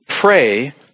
Pray